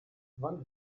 wann